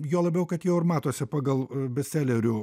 juo labiau kad jau ir matosi pagal bestselerių